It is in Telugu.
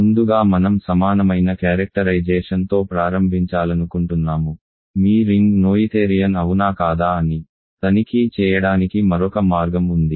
ముందుగా మనం సమానమైన క్యారెక్టరైజేషన్తో ప్రారంభించాలనుకుంటున్నాము మీ రింగ్ నోయిథేరియన్ అవునా కాదా అని తనిఖీ చేయడానికి మరొక మార్గం ఉంది